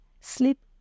sleep